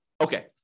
Okay